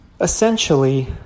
essentially